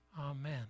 amen